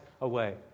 away